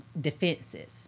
defensive